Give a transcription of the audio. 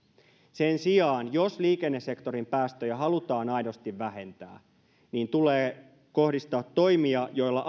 sen sijaan jos liikennesektorin päästöjä halutaan aidosti vähentää niin tulee kohdistaa toimia joilla